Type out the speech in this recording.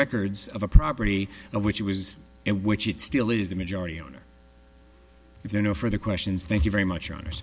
records of a property which was and which it still is the majority owner you know for the questions thank you very much hon